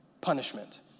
punishment